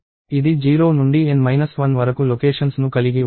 ఇది 0 నుండి N 1 వరకు లొకేషన్స్ ను కలిగి ఉంటుంది